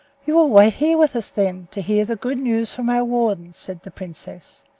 you will wait here with us, then, to hear the good news from our warden, said the princess.